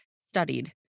studied